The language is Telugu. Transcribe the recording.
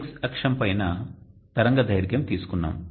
X అక్షం పైన తరంగదైర్ఘ్యం తీసుకున్నాం